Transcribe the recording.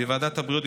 בוועדת הבריאות,